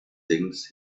things